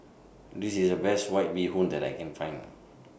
This IS The Best White Bee Hoon that I Can Find